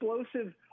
explosive